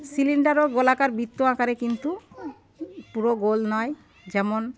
সিলিন্ডারও গোলাকার বৃত্ত আকারের কিন্তু পুরো গোল নয় যেমন